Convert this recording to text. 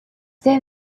there